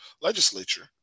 legislature